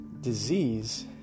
disease